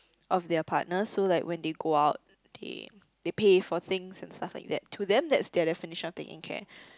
of their partners so like when they go out they they pay for things and stuff like that to them that's their definition of taking care